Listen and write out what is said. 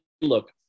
look